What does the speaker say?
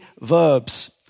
verbs